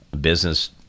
business